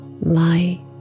light